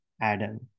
Adam